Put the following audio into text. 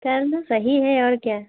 कर लो सही है और क्या